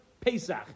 Pesach